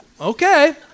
Okay